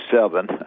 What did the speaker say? seven